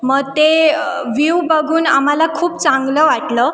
मग ते व्ह्यू बघून आम्हाला खूप चांगलं वाटलं